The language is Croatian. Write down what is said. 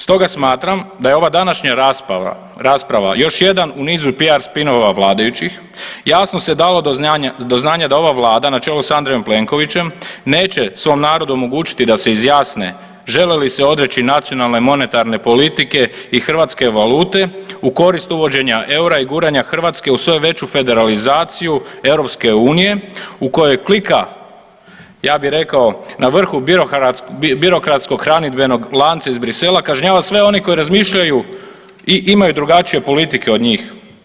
Stoga smatram da je ova današnja rasprava još jedan u nizu PR spinova vladajućih, jasno se dalo do znanja da ova Vlada na čelu s Andrejem Plenkovićem neće svom narodu omogućiti da se izjasne žele li se odreći nacionalne monetarne politike i hrvatske valute u korist uvođenja EUR-a i guranja Hrvatske u sve veću federalizaciju EU u kojoj klika ja bi rekao na vrhu birokratskog hranidbenog lanca iz Bruxellesa kažnjava sve one koji razmišljaju i imaju drugačije politike od njih.